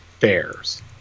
fairs